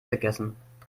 gegessen